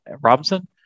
Robinson